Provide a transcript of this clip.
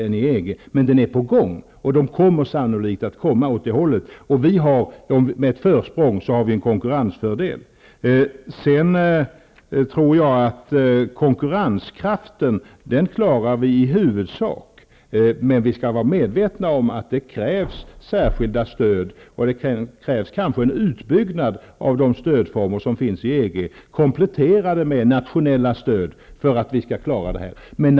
Processen är emellertid på gång även inom EG, och det är sannolikt att den går åt samma håll som i Sverige. Vi har en konkurrensfördel i och med detta försprång. Jag tror att vi i huvudsak klarar konkurrensen. Men vi skall vara medvetna om att det krävs särskilda stöd och kanske en utbyggnad av stödformer som finns i EG -- kompletterade med nationella stöd -- för att vi skall klara den.